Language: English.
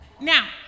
Now